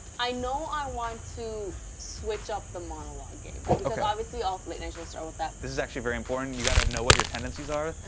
i know i want to switch up the monologue game. okay because obviously all late-night shows start with that. this is actually very important, you've got to know what your tendencies are.